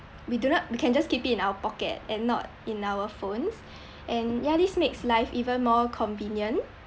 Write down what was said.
we do not we can just keep in our pocket and not in our phones and ya this makes life even more convenient